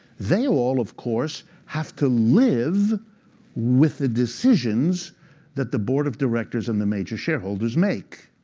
they all, of course, have to live with the decisions that the board of directors and the major shareholders make.